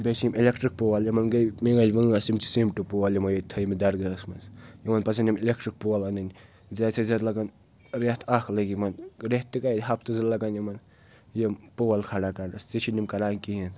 بیٚیہِ چھِ یِم اِلیکٹرٛک پول یِمَن گٔے میٲنۍ وٲنٛس یِم چھِ سِمٹوٗ پول یِمو ییٚتہِ تھٲیمٕتۍ درگاہَس منٛز یِمَن پَزَن یِم اِلیکٹِرٛک پول اَنٕنۍ زیادٕ سے زیادٕ لَگَن رٮ۪تھ اَکھ لَگہِ یِمَن رٮ۪تھ تہِ گٔے ہَفتہٕ زٕ لَگَن یِمَن یِم پول کھڑا کھڈَس تہِ چھِنہٕ یِم کَران کِہیٖنۍ